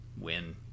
win